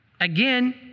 again